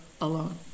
alone